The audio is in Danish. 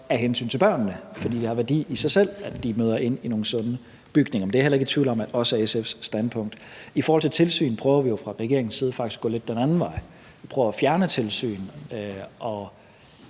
af hensyn til børnene. For det har værdi i sig selv, at de møder ind i nogle sunde bygninger. Det er jeg heller ikke tvivl om også er SF's standpunkt. I forhold til tilsyn prøver vi jo fra regeringens side faktisk at gå lidt den anden vej. Vi prøver at fjerne tilsyn og